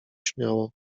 śmiało